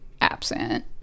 absent